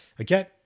Okay